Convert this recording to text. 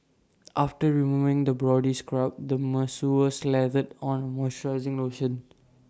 after removing the body scrub the masseur slathered on A moisturizing lotion